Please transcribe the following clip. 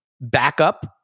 backup